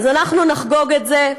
אז אנחנו נחגוג את זה,